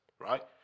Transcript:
right